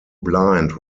blind